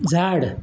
झाड